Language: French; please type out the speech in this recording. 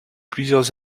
plusieurs